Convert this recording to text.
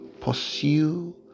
pursue